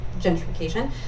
gentrification